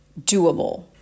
doable